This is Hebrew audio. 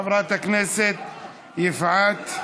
חברת הכנסת יפעת.